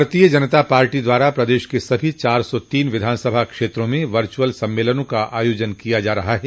भारतीय जनता पार्टी प्रदेश के सभी चार सौ तीन विधानसभा क्षेत्रों में वर्चुअल सम्मेलन का आयोजन किया जा रहा है